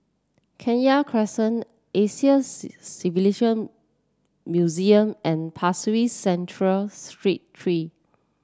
Kenya Crescent Asian Civilisation Museum and Pasir Ris Central Street Three